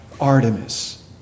Artemis